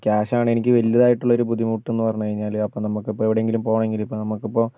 cash ആണ് എനിക്ക് വലുതായിട്ടുള്ള ഒരു ബുദ്ധിമുട്ട് എന്ന് പറഞ്ഞ്കഴിഞ്ഞാൽ അപ്പം നമുക്ക് ഇപ്പോൾ എവിടെയെങ്കിലും ഇപ്പോൾ നമുക്കിപ്പോൾ